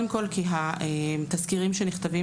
התזכירים שנכתבים,